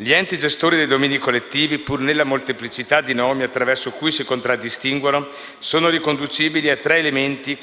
Gli enti gestori dei domini collettivi, pur nella molteplicità di nomi attraverso cui si contraddistinguono, sono riconducibili a tre elementi: